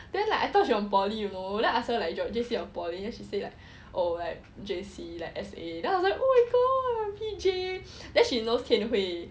then like I thought she from poly you know then I ask her like you from J_C or poly then she said like oh like J_C like S_A then I was like oh my god I'm P_J then she knows qian hui like